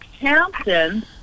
Hampton